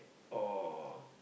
or